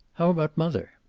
how about mother?